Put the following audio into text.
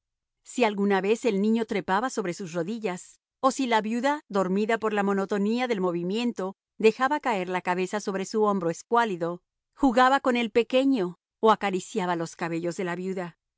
si alguna vez el niño trepaba sobre sus rodillas o si la viuda dormida por la monotonía del movimiento dejaba caer la cabeza sobre su hombro escuálido jugaba con el pequeño o acariciaba los cabellos de la viuda